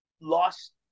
lost